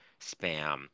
spam